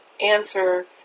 answer